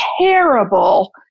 terrible